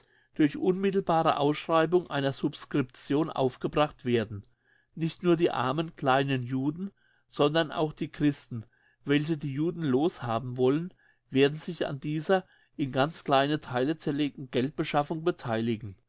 durch unmittelbare ausschreibung einer subscription aufgebracht werden nicht nur die armen kleinen juden sondern auch die christen welche die juden loshaben wollen werden sich an dieser in ganz kleine theile zerlegten geldbeschaffung